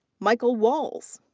michael walz.